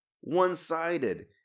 One-sided